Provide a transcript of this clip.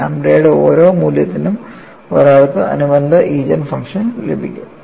ലാംഡയുടെ ഓരോ മൂല്യത്തിനും ഒരാൾക്ക് അനുബന്ധ ഈജൻ ഫംഗ്ഷൻ ലഭിക്കും